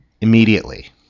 immediately